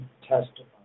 testimony